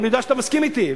אני יודע שאתה מסכים אתי,